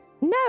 No